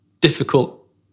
difficult